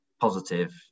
positive